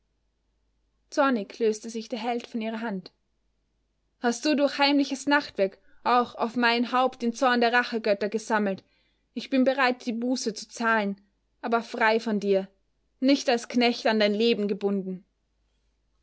zornig löste sich der held von ihrer hand hast du durch heimliches nachtwerk auch auf mein haupt den zorn der rachegötter gesammelt ich bin bereit die buße zu zahlen aber frei von dir nicht als knecht an dein leben gebunden